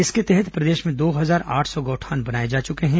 इसके तहत प्रदेश में दो हजार आठ सौ गौठान बनाए जा चुके हैं